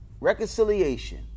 Reconciliation